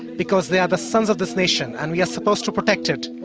because they are the sons of this nation and we are supposed to protect it.